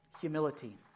Humility